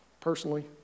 personally